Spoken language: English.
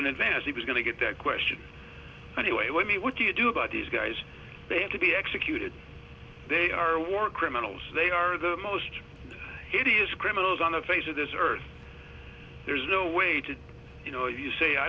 in advance he was going to get that question anyway when he would you do about these guys they have to be executed they are war criminals they are the most hideous criminals on the face of this earth there's no way to you know you say i